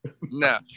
no